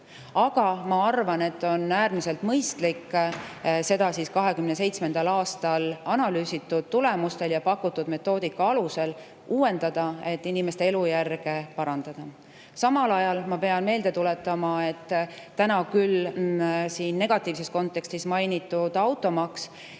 Ma arvan, et on äärmiselt mõistlik seda 2027. aastal analüüsi tulemuste ja pakutud metoodika alusel uuendada, et inimeste elujärge parandada. Samal ajal pean meelde tuletama, et praegu, küll siin negatiivses kontekstis mainitud automaksu